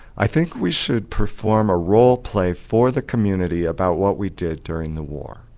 i think we should perform a role play for the community about what we did during the war.